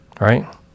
Right